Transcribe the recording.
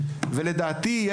לדעתי,